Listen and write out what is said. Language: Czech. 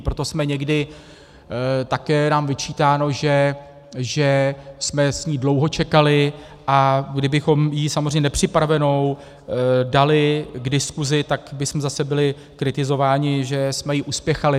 Proto jsme někdy, také je nám vyčítáno, že jsme s ní dlouho čekali, a kdybychom ji samozřejmě nepřipravenou dali k diskusi, tak bychom zase byli kritizováni, že jsme ji uspěchali.